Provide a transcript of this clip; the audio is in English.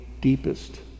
deepest